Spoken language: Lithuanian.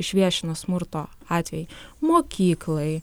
išviešino smurto atvejai mokyklai